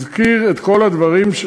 הזכיר את כל הדברים,